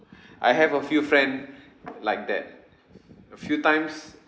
I have a few friend like that a few times